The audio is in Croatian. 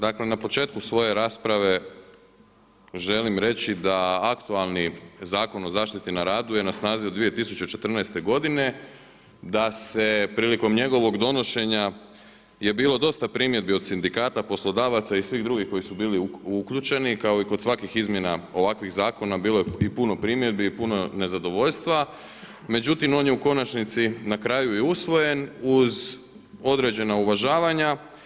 Dakle na početku svoje rasprave želim reći da aktualni Zakon o zaštiti na radu je na snazi od 2014. godine, da je prilikom njegovog donošenja je bilo dosta primjedbi od sindikata, poslodavaca i svih drugih koji su bili uključeni kao i kod svakih izmjena ovakvih zakona, bilo je i puno primjedbi i puno nezadovoljstva, međutim on je u konačnici na kraju i usvojen uz određena uvažavanja.